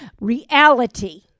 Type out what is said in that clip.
reality